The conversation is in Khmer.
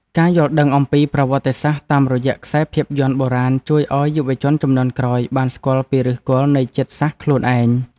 ការយល់ដឹងអំពីប្រវត្តិសាស្ត្រតាមរយៈខ្សែភាពយន្តបុរាណជួយឱ្យយុវជនជំនាន់ក្រោយបានស្គាល់ពីឫសគល់នៃជាតិសាសន៍ខ្លួនឯង។